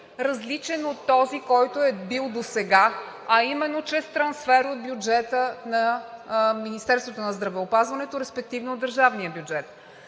различен от този, който е бил досега, а именно чрез трансфер от бюджета на Министерството на здравеопазването, респективно от държавния бюджет?